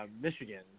Michigan